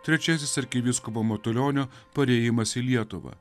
trečiasis arkivyskupo matulionio parėjimas į lietuvą